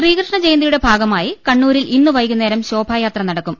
ശ്രീകൃഷ്ണ ജയന്തിയുടെ ഭാഗമായി കണ്ണൂരിൽ ഇന്ന് വൈകുന്നേരം ശോഭായാത്ര നടക്കും